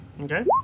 Okay